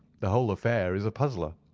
the whole affair is a puzzler.